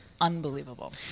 unbelievable